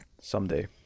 someday